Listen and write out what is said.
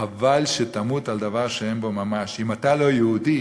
חבל שתמות על דבר שאין בו ממש, אם אתה לא יהודי